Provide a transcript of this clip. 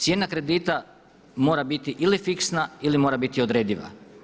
Cijena kredita mora biti ili fiksna ili mora biti odrediva.